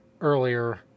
earlier